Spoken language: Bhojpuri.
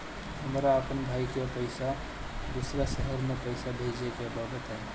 हमरा अपना भाई के पास दोसरा शहर में पइसा भेजे के बा बताई?